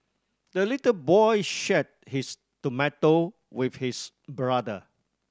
the little boy shared his tomato with his brother